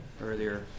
earlier